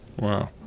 Wow